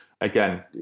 again